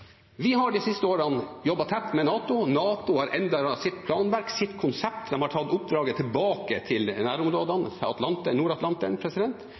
Vi har de siste årene jobbet tett med NATO. NATO har endret sitt planverk, sitt konsept. De har tatt oppdraget tilbake til nærområdene,